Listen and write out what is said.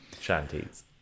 shanties